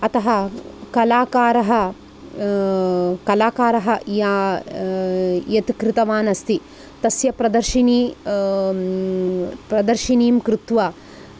अतः कलाकारः कलाकारः या यत् कृतवान् अस्ति तस्य प्रदर्शिनी प्रदर्शिनीं कृत्वा